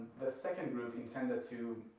the second group intended to